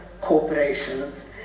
corporations